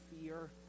fear